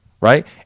right